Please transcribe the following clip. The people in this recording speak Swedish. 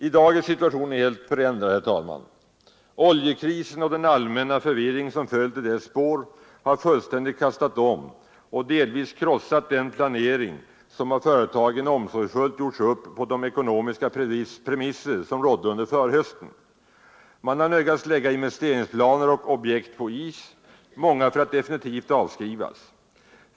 I dag är situationen helt förändrad. Oljekrisen och den allmänna förvirring som följt i dess spår har fullständigt kastat om och delvis krossat den planering som företaget omsorgsfullt gjort upp på de ekonomiska premisser som rådde under förhösten. Man har nödgats lägga investeringsplaner och objekt på is, många för att definitivt avskrivas.